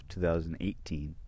2018